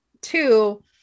two